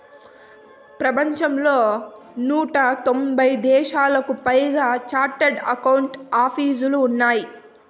ప్రపంచంలో నూట తొంభై దేశాలకు పైగా చార్టెడ్ అకౌంట్ ఆపీసులు ఉన్నాయి